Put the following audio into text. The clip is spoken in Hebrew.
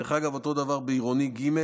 דרך אגב, אותו דבר בעירוני ג'.